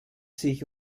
sich